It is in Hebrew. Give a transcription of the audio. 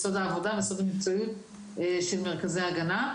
סוד העבודה וסוד המקצועיות של מרכזי ההגנה.